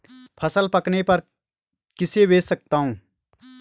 फसल पकने पर किसे बेच सकता हूँ?